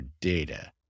data